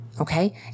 Okay